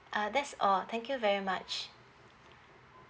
uh that's all thank you very much